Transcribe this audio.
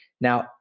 Now